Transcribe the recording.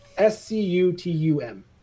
S-C-U-T-U-M